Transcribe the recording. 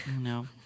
No